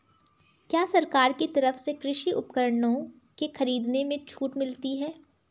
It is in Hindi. क्या सरकार की तरफ से कृषि उपकरणों के खरीदने में छूट मिलती है?